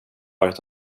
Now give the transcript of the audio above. varit